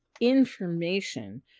information